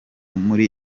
muri